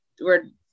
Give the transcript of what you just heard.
we're-